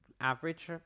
average